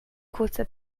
kurze